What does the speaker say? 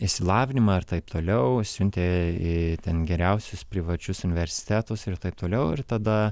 išsilavinimą ir taip toliau siuntė į ten geriausius privačius universitetus ir taip toliau ir tada